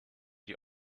die